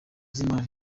ry’imana